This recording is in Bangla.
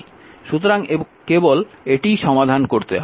সুতরাং কেবল এটিই সমাধান করতে হবে